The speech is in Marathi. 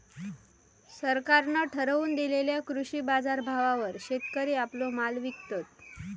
सरकारान ठरवून दिलेल्या कृषी बाजारभावावर शेतकरी आपलो माल विकतत